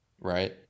right